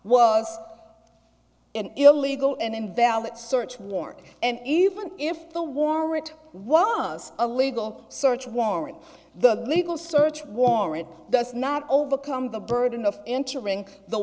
was an illegal and invalid search warrant and even if the war it was a legal search warrant the legal search warrant does not overcome the burden of entering the